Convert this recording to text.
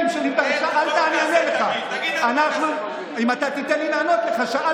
מי הוא שיגיד לנו מה לעשות?